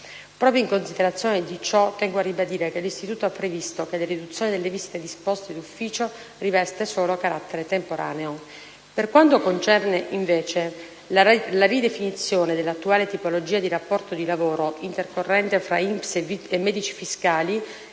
Proprio in considerazione di ciò, tengo a ribadire che l'istituto ha previsto che la riduzione delle visite disposte d'ufficio riveste solo carattere temporaneo. Per quanto concerne, invece, la ridefinizione dell'attuale tipologia di rapporto di lavoro intercorrente tra l'INPS e i medici fiscali,